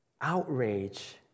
outrage